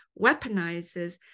weaponizes